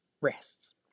rests